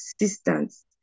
assistance